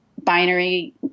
binary